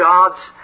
God's